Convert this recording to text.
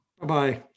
Bye-bye